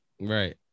Right